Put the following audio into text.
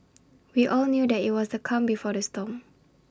we all knew that IT was the calm before the storm